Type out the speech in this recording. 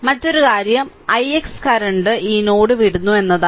മറ്റൊരു കാര്യം ix current ഈ നോഡ് വിടുന്നു എന്നതാണ്